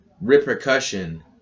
repercussion